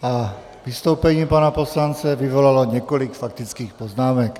A vystoupení pana poslance vyvolalo několik faktických poznámek.